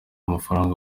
mafaranga